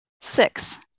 six